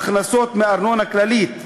הכנסות מארנונה כללית,